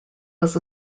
was